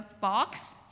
box